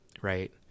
right